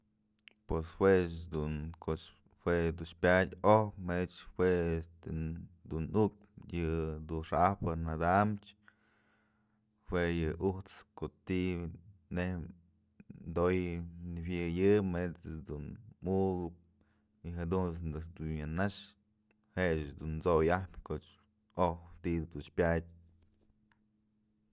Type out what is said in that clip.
Pues juech dun koch jue dun pyad oj manytë jue dun nukyë yë dun xa'ajpë nadamchë jue yë ujt's ko'o nejyë toyëp nëjuëyë manyt's dun ukëp y jedunt's dun nëkx nya nax jëch dun t'soyap koch oj ti'i dun pyadë.